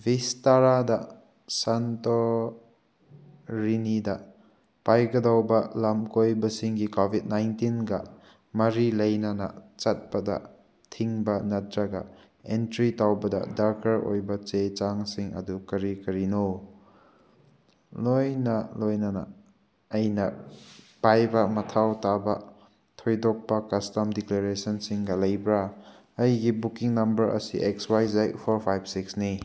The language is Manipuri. ꯚꯤꯁꯇꯔꯥꯗ ꯁꯟꯇꯣꯔꯔꯤꯅꯤꯗ ꯄꯥꯏꯒꯗꯧꯕ ꯂꯝꯀꯣꯏꯕꯁꯤꯡꯒꯤ ꯀꯣꯚꯤꯠ ꯅꯥꯏꯟꯇꯤꯟꯒ ꯃꯔꯤ ꯂꯩꯅꯅ ꯆꯠꯄꯗ ꯊꯤꯡꯕ ꯅꯠꯇ꯭ꯔꯒ ꯑꯦꯟꯇ꯭ꯔꯤ ꯇꯧꯕꯗ ꯗꯔꯀꯥꯔ ꯑꯣꯏꯕ ꯆꯦ ꯆꯥꯡꯁꯤꯡ ꯑꯗꯨ ꯀꯔꯤ ꯀꯔꯤꯅꯣ ꯂꯣꯏꯅ ꯂꯣꯏꯅꯅ ꯑꯩꯅ ꯄꯥꯏꯕ ꯃꯊꯧ ꯇꯥꯕ ꯊꯣꯏꯗꯣꯛꯄ ꯀꯁꯇꯝ ꯗꯤꯀ꯭ꯂꯦꯔꯦꯁꯅꯁꯤꯡꯒ ꯂꯩꯕ꯭ꯔ ꯑꯩꯒꯤ ꯕꯨꯛꯀꯤꯡ ꯅꯝꯕꯔ ꯑꯁꯤ X Y Z four five ꯁꯤꯛꯁꯅꯤ